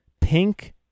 pink